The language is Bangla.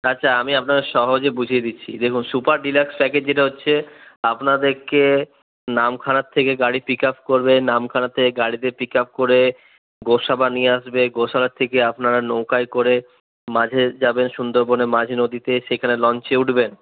আচ্ছা আমি আপনাদের সহজে বুঝিয়ে দিচ্ছি দেখুন সুপার ডিলাক্স প্যাকেজ যেটা হচ্ছে আপনাদেরকে নামখানা থেকে গাড়ি পিকআপ করবে নামখানা থেকে গাড়িতে পিকআপ করে গোসাবা নিয়ে আসবে গোসাবা থেকে আপনারা নৌকায় করে মাঝে যাবেন সুন্দর বনের মাঝ নদীতে সেখানে লঞ্চে উঠবেন